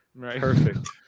Perfect